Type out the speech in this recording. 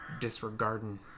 disregarding